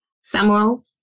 Samuel